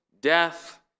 death